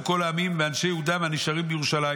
כל העמים ואנשי יהודה והנשארים בירושלים